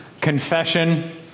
confession